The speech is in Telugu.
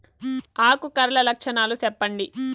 ఆకు కర్ల లక్షణాలు సెప్పండి